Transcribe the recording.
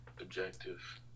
objective